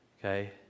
Okay